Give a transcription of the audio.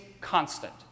constant